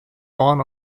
born